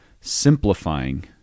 simplifying